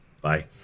Bye